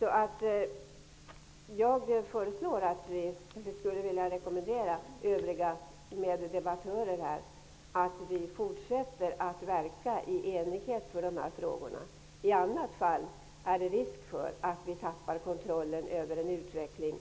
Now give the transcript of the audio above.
här vill göra gällande skulle finnas. Jag vill därför rekommendera övriga debattörer att fortsätta att verka i enighet för dessa frågor. I annat fall är det risk för att vi tappar kontrollen över utvecklingen.